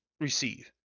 receive